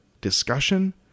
discussion